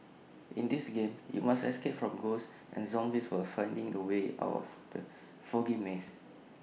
in this game you must escape from ghosts and zombies while finding the way out of the foggy maze